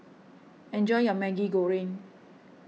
enjoy your Maggi Goreng